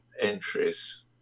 entries